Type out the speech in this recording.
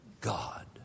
God